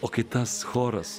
o kitas choras